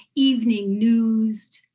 evening newsed,